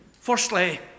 Firstly